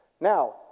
Now